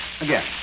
again